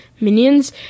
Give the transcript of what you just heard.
minions